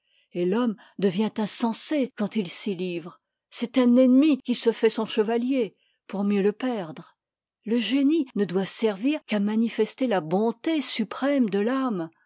et fhomme devient insensé quand il s'y ivre c'est un ennemi qui se fait son chevalier pour mieux le perdre le génie ne doit servir qu'à manifester la bonté suprême de l'âme